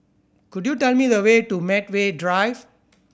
could you tell me the way to Medway Drive